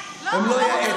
הם לא יאטו.